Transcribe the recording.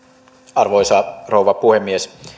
arvoisa rouva puhemies